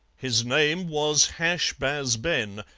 his name was hash baz ben,